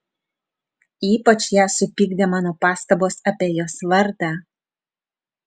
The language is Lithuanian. ypač ją supykdė mano pastabos apie jos vardą